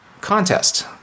contest